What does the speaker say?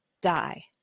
die